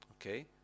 Okay